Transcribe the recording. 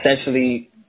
Essentially –